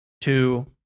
two